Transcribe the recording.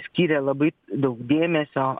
skyrė labai daug dėmesio